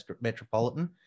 Metropolitan